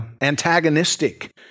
antagonistic